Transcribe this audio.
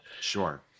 Sure